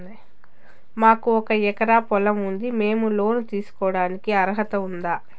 మాకు ఒక ఎకరా పొలం ఉంది మేము లోను తీసుకోడానికి అర్హత ఉందా